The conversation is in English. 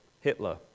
Hitler